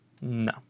No